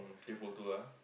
take photo ah